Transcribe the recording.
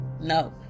No